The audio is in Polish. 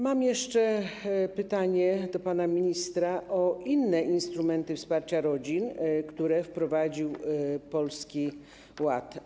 Mam jeszcze pytanie do pana ministra o inne instrumenty wsparcia rodzin, które wprowadził Polski Ład.